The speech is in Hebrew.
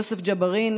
יוסף ג'בארין,